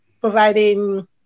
providing